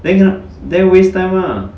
then cannot then waste time lah